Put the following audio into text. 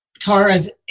Tara's